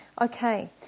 Okay